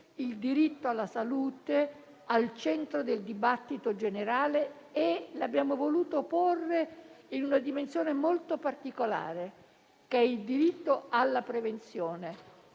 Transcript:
il diritto alla salute al centro del dibattito generale. Lo abbiamo voluto fare in una dimensione molto particolare, che è il diritto alla prevenzione.